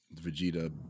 Vegeta